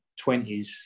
20s